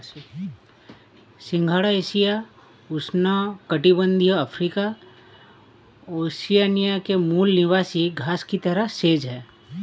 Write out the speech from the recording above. सिंघाड़ा एशिया, उष्णकटिबंधीय Africa, Oceania के मूल निवासी घास की तरह सेज है